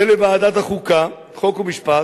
ולוועדת החוקה, חוק ומשפט,